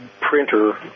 printer